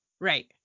Right